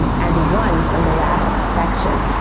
and one from the last section.